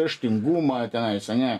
raštingumą tenais ane